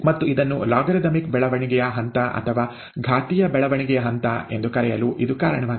ಮತ್ತು ಇದನ್ನು ಲಾಗರಿಥಮಿಕ್ ಬೆಳವಣಿಗೆಯ ಹಂತ ಅಥವಾ ಘಾತೀಯ ಬೆಳವಣಿಗೆಯ ಹಂತ ಎಂದು ಕರೆಯಲು ಇದು ಕಾರಣವಾಗಿದೆ